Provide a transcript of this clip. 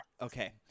Okay